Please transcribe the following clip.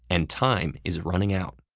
and time is running out.